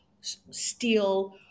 steel